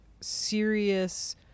serious